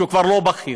שהוא כבר לא בכיר,